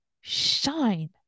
shine